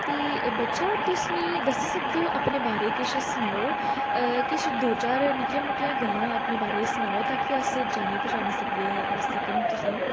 ते बच्चो तुस मिगी दस्सी सकदेओ अपने बारै च किश सनाओ अपने बारै च दो चार निक्कियां मुट्टियां गल्लां अपने बारै सनाओ ताकि अस जानी पछानी सकगे चै तुसेंगी